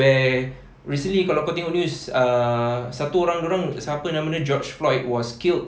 where recently kalau kau tengok news err satu orang dorang siapa nama dia george floyd was killed